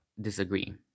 disagree